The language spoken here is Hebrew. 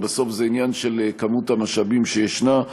ובסוף זה עניין של כמות המשאבים שיש אל